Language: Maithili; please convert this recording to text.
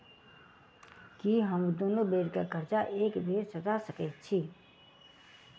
की हम दुनू बेर केँ कर्जा एके बेर सधा सकैत छी?